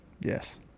Yes